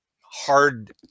hard